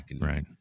right